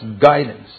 guidance